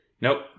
Nope